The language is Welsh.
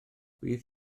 fydd